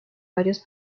varios